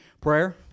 Prayer